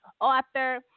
author